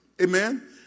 Amen